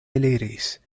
eliris